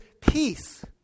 peace